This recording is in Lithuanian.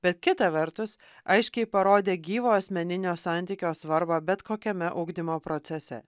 bet kita vertus aiškiai parodė gyvo asmeninio santykio svarbą bet kokiame ugdymo procese